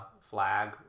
flag